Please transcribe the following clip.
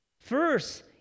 First